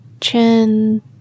chin